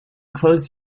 close